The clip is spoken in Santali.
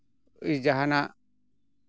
ᱡᱟᱦᱟᱱᱟᱜ